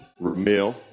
Ramil